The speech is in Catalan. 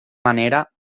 manera